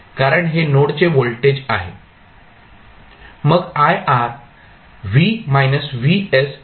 कारण हे नोडचे व्होल्टेज आहे